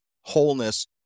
wholeness